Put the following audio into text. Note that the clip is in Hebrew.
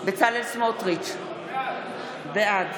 בצלאל סמוטריץ' בעד